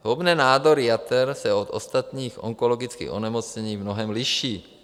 Zhoubné nádory jater se od ostatních onkologických onemocnění v mnohém liší.